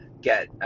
get